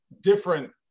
different